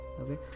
okay